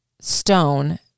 stone